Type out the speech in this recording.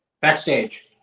Backstage